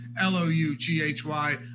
l-o-u-g-h-y